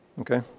Okay